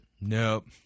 Nope